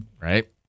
right